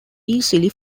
easily